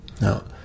No